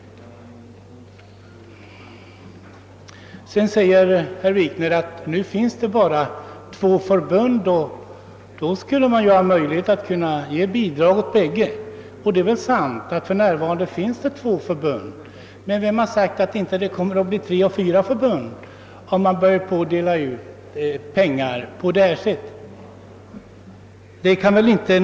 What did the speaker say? Herr Wikner sade att det nu finns bara två förbund, och därför skulle man kunna ge bidrag åt bägge. Det är sant att det för närvarande bara finns två förbund. Men vem kan säga att det inte en gång kommer att bli tre eller fyra förbund, om man börjar dela ut pengar på detta sätt?